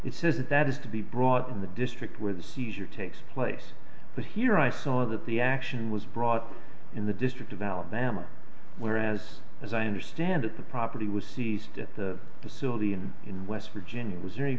it says that is to be brought in the district where the seizure takes place but here i saw that the action was brought in the district of alabama where i was as i understand it the property was seized at the facility and in west virginia was